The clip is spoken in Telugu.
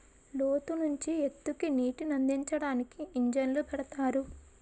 లోతు నుంచి ఎత్తుకి నీటినందించడానికి ఇంజన్లు పెడతారు